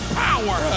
power